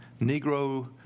Negro